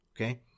Okay